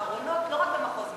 ארונות לא רק במחוז מרכז.